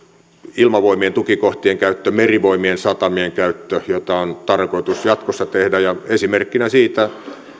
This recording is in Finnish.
ilmavoimien tukikohtien käyttö merivoimien satamien käyttö joita on tarkoitus jatkossa tehdä esimerkkinä niistä